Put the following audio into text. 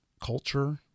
culture